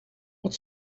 what